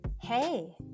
Hey